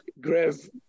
grave